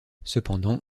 cependant